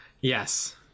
yes